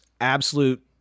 absolute